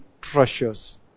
treasures